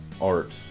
art